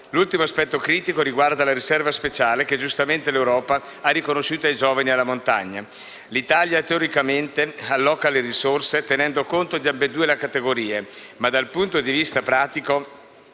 L'ultimo aspetto critico riguarda la riserva speciale che giustamente l'Europa ha riconosciuto ai giovani e alla montagna. L'Italia teoricamente alloca le risorse tenendo conto di ambedue le categorie, ma dal punto di vista pratico,